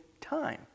time